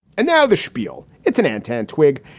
and now the spiel. it's an antenna, twigg.